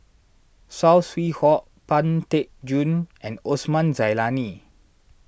Saw Swee Hock Pang Teck Joon and Osman Zailani